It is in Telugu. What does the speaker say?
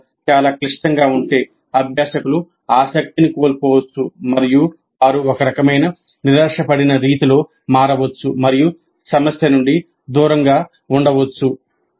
సమస్య చాలా క్లిష్టంగా ఉంటే అభ్యాసకులు ఆసక్తిని కోల్పోవచ్చు మరియు వారు ఒక రకమైన నిరాశ పడిన రీతిలో మారవచ్చు మరియు సమస్య నుండి దూరంగా ఉండవచ్చు